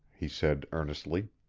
he said earnestly.